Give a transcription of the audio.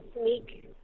sneak-